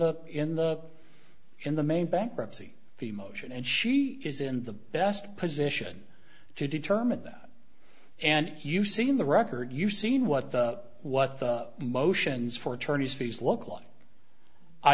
the in the in the main bankruptcy the motion and she is in the best position to determine that and you've seen the record you've seen what the what the motions for attorney's fees look like i